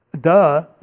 Duh